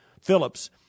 Phillips